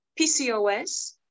PCOS